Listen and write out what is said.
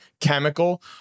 chemical